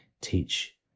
teach